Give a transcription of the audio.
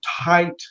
tight